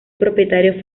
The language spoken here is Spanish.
propietario